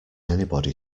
anybody